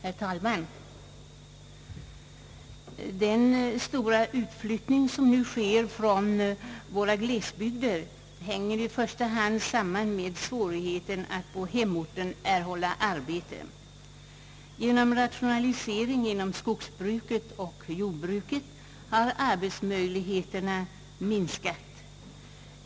Herr talman! Den stora utflyttning som nu sker från våra glesbygder hänger i första hand samman med svårigheten att få arbete på hemorten. Genom rationaliseringar inom skogsbruket och jordbruket har = arbetsmöjligheterna minskat.